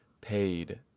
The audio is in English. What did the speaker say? paid